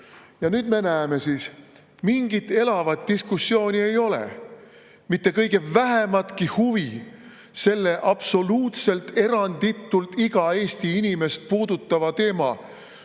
Ja nüüd me näeme siis, et mingit elavat diskussiooni ei ole, mitte kõige vähematki huvi selle absoluutselt eranditult iga Eesti inimest puudutava teema